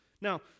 Now